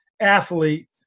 athlete